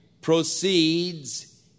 proceeds